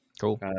Cool